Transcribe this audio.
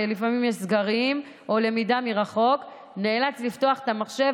לפעמים יש סגרים או למידה מרחוק והוא נאלץ לפתוח את המחשב,